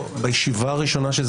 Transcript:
בישיבה הראשונה בה